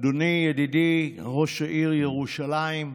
אדוני, ידידי ראש העיר ירושלים,